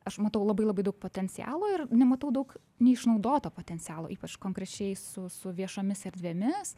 aš matau labai labai daug potencialo ir na matau daug neišnaudoto potencialo ypač konkrečiai su su viešomis erdvėmis